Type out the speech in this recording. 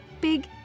big